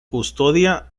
custodia